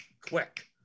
quick